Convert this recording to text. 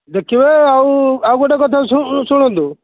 ଦେଖିବା ଆଉ ଆଉ ଗୋଟେ କଥା ଶୁଣନ୍ତୁ